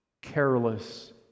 careless